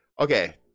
Okay